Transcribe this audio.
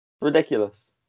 Ridiculous